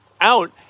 out